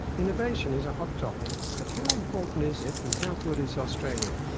innovation is a hot topic, but how important is it, and how good is australia?